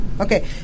Okay